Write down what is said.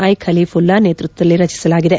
I Kalifulla ನೇತೃತ್ವದಲ್ಲಿ ರಚಿಸಲಾಗಿದೆ